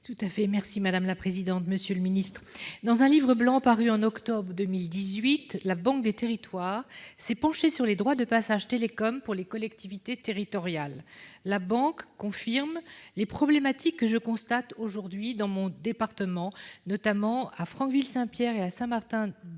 collectivités territoriales. Monsieur le ministre, dans un livre blanc paru en octobre 2018, la Banque des territoires s'est penchée sur les droits de passage télécom pour les collectivités territoriales. La Banque confirme les problématiques que je constate aujourd'hui dans mon département, notamment à Franqueville-Saint Pierre et à Saint-Martin-de-Boscherville,